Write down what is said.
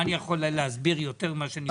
אני יכול להסביר יותר ממה שאני יודע?